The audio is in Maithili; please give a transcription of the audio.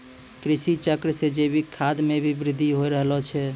कृषि चक्र से जैविक खाद मे भी बृद्धि हो रहलो छै